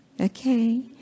Okay